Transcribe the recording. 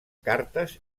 cartes